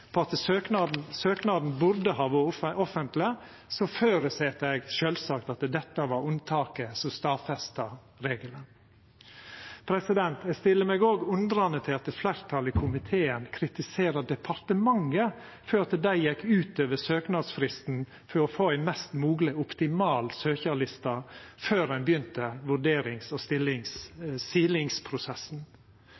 på at søknaden burde ha vore offentleg, føreset eg sjølvsagt at dette var unntaket om stadfestar regelen. Eg stiller meg òg undrande til at fleirtalet i komiteen kritiserer departementet for at dei gjekk utover søknadsfristen for å få ei mest mogleg optimal søkjarliste før ein begynte vurderings- og